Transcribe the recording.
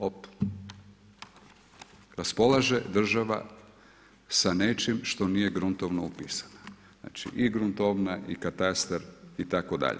Op, raspolaže država sa nečim što nije gruntovno upisana, znači i gruntovna i katastar itd.